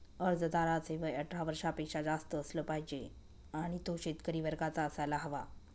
अर्जदाराचे वय अठरा वर्षापेक्षा जास्त असलं पाहिजे आणि तो शेतकरी वर्गाचा असायला हवा